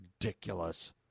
Ridiculous